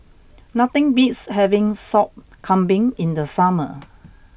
nothing beats having Sop Kambing in the summer